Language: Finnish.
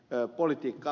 arvoisa ed